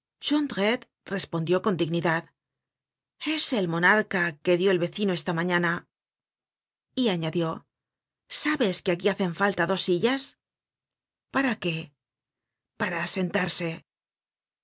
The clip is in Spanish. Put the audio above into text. jondrette respondió con dignidad es el monarca que dió el vecino esta mañana y añadió sabes que aquí hacen falta dos sillas para qué para sentarse